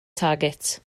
target